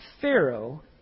Pharaoh